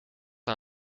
aan